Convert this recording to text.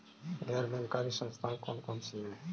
गैर बैंककारी संस्थाएँ कौन कौन सी हैं?